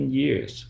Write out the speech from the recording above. years